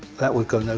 that would go no